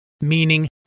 meaning